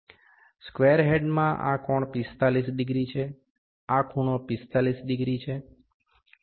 square હેડમાં આ કોણ 45 ડિગ્રી છે આ ખૂણો 45 ડિગ્રી છે